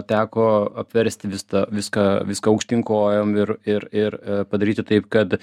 teko apversti vistą viską viską aukštyn kojom ir ir ir padaryti taip kad